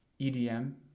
EDM